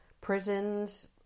prisons